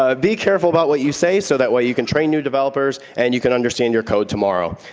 ah be careful about what you say so that way you can train new developers and you can understand your code tomorrow.